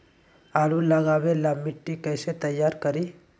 आलु लगावे ला मिट्टी कैसे तैयार करी?